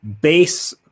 base